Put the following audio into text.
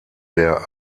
der